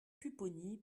pupponi